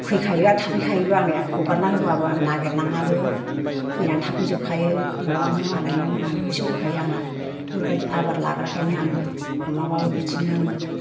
फैखायो आरो थाफैखायोबो आंना हगारना होबाबो आं नागिर नाङाबो फैनानै थाफैजोबखायो न'आवनो मालाय न' होन्नानै होसोबोखायो आंना बेबादि आबार लाग्राखायनो आं अमाबाबो बिदिनो आङो